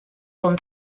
con